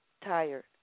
tired